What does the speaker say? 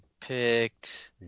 picked